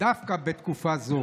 דווקא בתקופה זו.